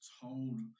told